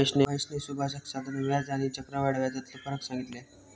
महेशने सुभाषका साधारण व्याज आणि आणि चक्रव्याढ व्याजातलो फरक सांगितल्यान